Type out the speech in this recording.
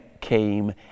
came